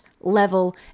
level